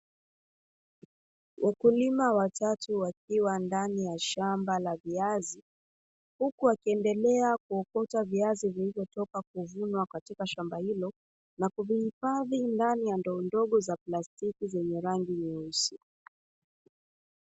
Wakulima watatu wakiwa ndani ya shamba la viazi, huku wakiendelea kuokota viazi vilivyotoka kuvunwa katika shamba hilo, na kuvihifadhi ndani ya ndoo ndogo za plastiki zenye rangi nyeusi.